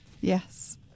Yes